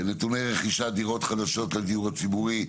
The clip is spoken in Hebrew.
נתוני רכישת דירות חדשות לדיור הציבורי,